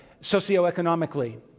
socioeconomically